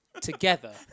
together